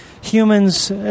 humans